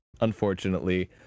unfortunately